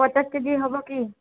ପଚାଶ କେଜି ହେବ କି